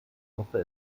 hoffe